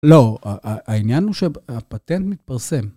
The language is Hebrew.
לא, ה... העניין הוא שהפ... הפטנט מתפרסם.